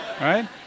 Right